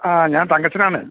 ആ ഞാൻ തങ്കച്ചനാണ്